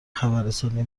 خبررسانی